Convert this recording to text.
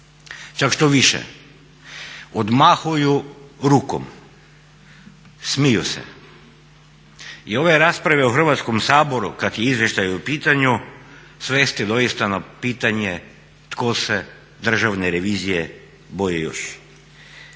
Čak štoviše, odmahuju rukom, smiju se. I ove rasprave u Hrvatskom saboru, kad je izvještaj u pitanju, svesti doista na pitanje tko se Državne revizije boji još?